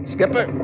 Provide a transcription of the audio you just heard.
Skipper